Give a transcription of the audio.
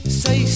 say